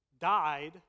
died